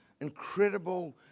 incredible